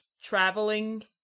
traveling